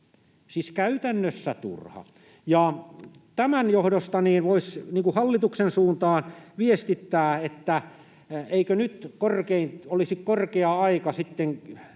siis käytännössä turha. Tämän johdosta voisi hallituksen suuntaan viestittää, että eikö nyt olisi korkea aika tiivistää